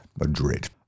Madrid